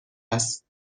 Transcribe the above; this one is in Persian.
است